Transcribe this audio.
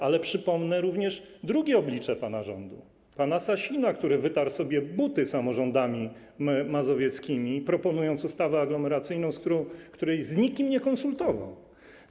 Ale przypomnę również drugie oblicze pana rządu: pana Sasina, który wytarł sobie buty samorządami mazowieckimi, proponując ustawę aglomeracyjną, której z nikim nie konsultował.